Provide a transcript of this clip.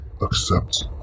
Accept